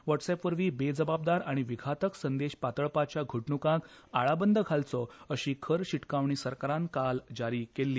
वॉट्सॲप वरवी बेजबाबदार आनी विघातक संदेश पातळपाच्या घडणुकांक आळाबंद घालचो अशी खर शिटकावणी सरकारान काल जारी केल्ली